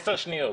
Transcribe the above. עשר שניות.